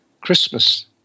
Christmas